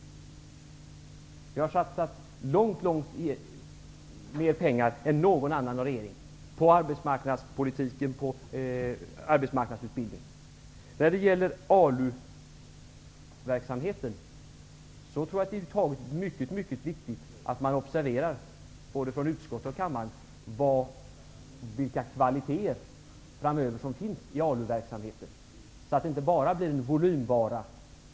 Regeringen har satsat långt mer pengar än någon annan regering på arbetsmarknadspolitik och arbetsmarknadsutbildning. När det gäller ALU-verksamheten är det viktigt att både utskottet och kammaren framöver observerar de kvaliteter som finns i ALU-verksamheten, så att det inte bara blir en volymvara som kostar pengar. Det måste också finnas ett innehåll i denna verksamhet, vilket riksdagen en gång i tiden fattade beslut om. Det finns all anledning att observera framöver. Men kom inte och säg att inte den här regeringen gör mycket stora insatser inom arbetsmarknadspolitiken!